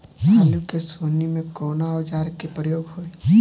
आलू के सोहनी में कवना औजार के प्रयोग होई?